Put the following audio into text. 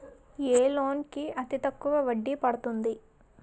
ఏ loan కి అతి తక్కువ వడ్డీ పడుతుంది?